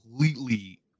completely